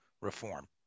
reform